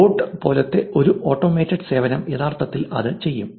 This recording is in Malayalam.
ബോട്ട് പോലത്തെ ഒരു ഓട്ടോമേറ്റഡ് സേവനം യഥാർത്ഥത്തിൽ അത് ചെയ്യും